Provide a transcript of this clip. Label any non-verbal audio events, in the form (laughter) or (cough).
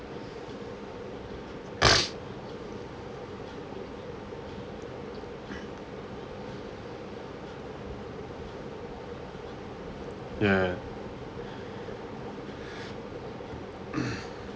(noise) yeah (breath) (noise)